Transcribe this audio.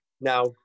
now